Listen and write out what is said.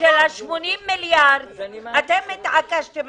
של ה-80 מיליארד אתם התעקשתם.